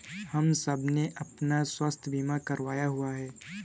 हम सबने अपना स्वास्थ्य बीमा करवाया हुआ है